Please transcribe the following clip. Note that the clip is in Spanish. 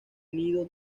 nido